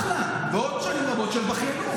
בעזרת השם, אחלה, ועוד שנים רבות של בכיינות.